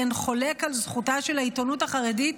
אין חולק על זכותה של העיתונות החרדית